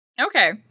Okay